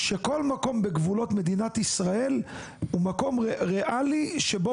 שכל מקום בגבולות מדינת ישראל הוא מקום ריאלי שבו